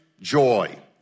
joy